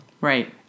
Right